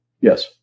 Yes